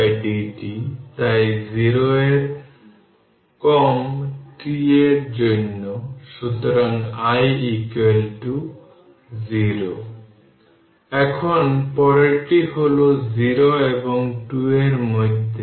সুতরাং প্রশ্ন হল এখানে এর আগে এই 1 মাইক্রোফ্যারাড উভয়ই 1 মাইক্রোফ্যারাড কিন্তু এখানে v1 সুইচ বন্ধ করার আগে দেওয়া ভোল্টেজ হল 100 ভোল্ট কিন্তু এখানে v2 0